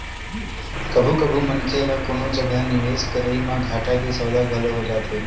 कभू कभू मनखे ल कोनो जगा निवेस करई म घाटा के सौदा घलो हो जाथे